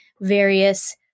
various